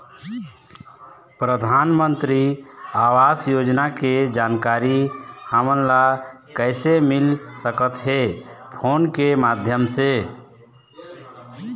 परधानमंतरी आवास योजना के जानकारी हमन ला कइसे मिल सकत हे, फोन के माध्यम से?